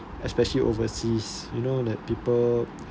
especially overseas you know like people